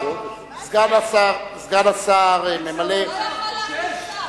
סגן השר ממלא, סגן שר האוצר התייאש.